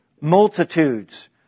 multitudes